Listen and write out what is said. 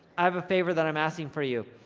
i have a favor that i'm asking for you.